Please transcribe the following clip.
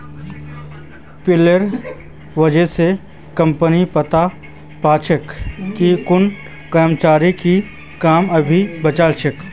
पेरोलेर वजह स कम्पनी पता पा छे कि कुन कर्मचारीर की काम अभी बचाल छ